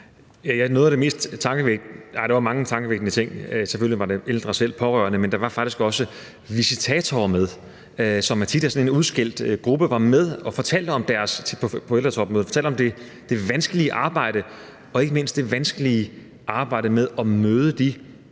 ting på ældretopmødet. Selvfølgelig var der de ældre selv og de pårørende, men der var faktisk også visitatorer med, som tit er sådan en udskældt gruppe. De var med på ældretopmødet og fortalte om deres vanskelige arbejde, ikke mindst det vanskelige arbejde med at møde de